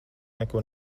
neko